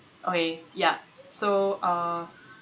okay ya so uh